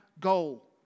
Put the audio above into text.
goal